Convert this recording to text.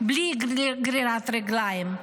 בלי גרירת רגליים,